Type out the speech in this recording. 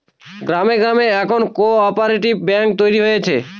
গ্রামে গ্রামে এখন কোঅপ্যারেটিভ ব্যাঙ্ক তৈরী হচ্ছে